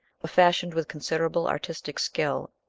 but fashioned with considerable artistic skill,